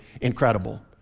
incredible